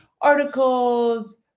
articles